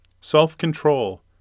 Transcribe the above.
self-control